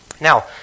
now